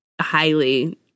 Highly